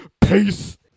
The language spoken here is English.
Peace